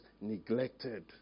neglected